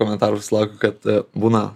komentarų sako kad būna